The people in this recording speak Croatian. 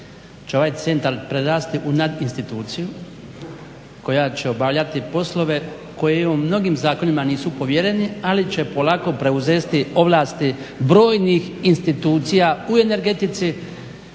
će ovaj centar prerasti u nadinstituciju koja će obavljati poslove koje u mnogim zakonima nisu povjereni ali će polako preuzesti ovlasti brojnih institucija u energetici